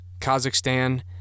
Kazakhstan